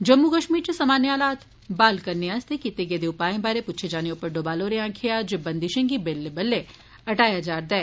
जम्मू कश्मीर इच सामान्य हालात बहाल करने आस्तै कीते गेदे उपाएं बारै पुच्छे जाने उप्पर डोमाल होरें आखेया जे बंदिशें गी बल्ले बल्ले हटाया जा करदा ऐ